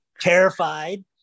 Terrified